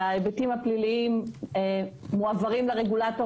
וההיבטים הפליליים מועברים לרגולטור